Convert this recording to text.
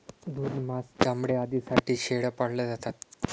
दूध, मांस, चामडे आदींसाठी शेळ्या पाळल्या जातात